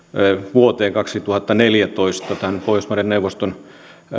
vuoteen kaksituhattaneljätoista pohjoismaiden neuvoston